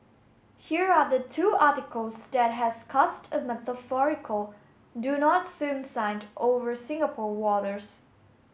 here are the two articles that has cast a metaphorical do not swim signed over Singapore waters